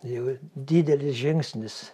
jau didelis žingsnis